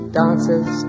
dances